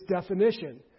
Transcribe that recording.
definition